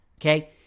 okay